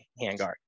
handguard